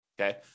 Okay